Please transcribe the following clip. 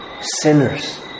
sinners